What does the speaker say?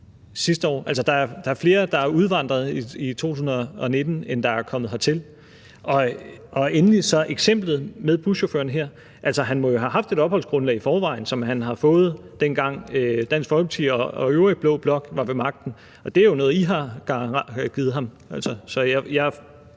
der er flere, der er udvandret i 2019, end der er kommet hertil. Og endelig vil jeg sige i forhold til eksemplet med buschaufføren her, at han jo må have haft et opholdsgrundlag i forvejen, som han har fået, dengang Dansk Folkeparti og den øvrige blå blok var ved magten, og det er jo noget, I har givet ham.